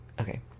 Okay